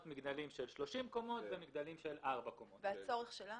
מגדלים של 30 קומות ומגדלים של ארבע קומות,